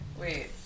Wait